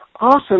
Awesome